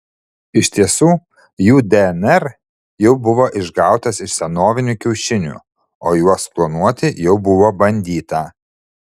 iš tiesų jų dnr jau buvo išgautas iš senovinių kiaušinių o juos klonuoti jau buvo bandyta